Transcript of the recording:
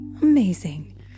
Amazing